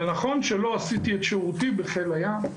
ונכון שלא עשיתי את שירותי בחיל הים.